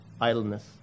idleness